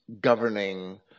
governing